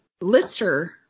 Lister